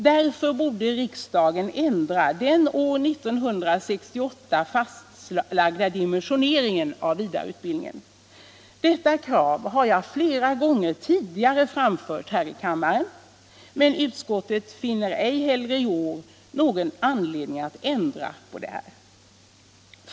Därför borde riksdagen ändra den år 1968 fastlagda dimensioneringen av vidareutbildningen, Detta krav har jag flera gånger tidigare framfört här i kammaren. Utskottet finner ej heller i år någon anledning att ändra dimensioneringen.